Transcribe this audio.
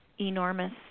enormous